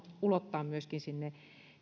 ulottaa myöskin sinne